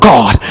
God